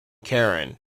karen